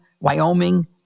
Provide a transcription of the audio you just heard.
Wyoming